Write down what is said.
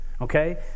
okay